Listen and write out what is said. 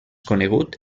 conegut